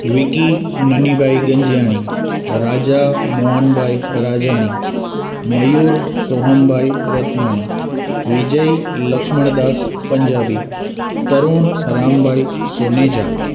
Vicky Nani bhai Ganjyani Raja Mohan bhai Rajani Mayur Soham bhai Ratnani Vijay Laxmandas Punjabi Tarun Ram bhai Soneja